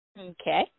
Okay